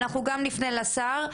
אנחנו גם נפנה לשר,